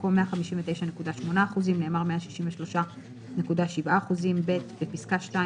במקום "159.8%" נאמר "163.7%"; בפסקה (2),